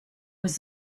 was